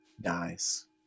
dies